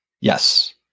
Yes